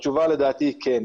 התשובה לדעתי היא כן.